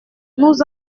nous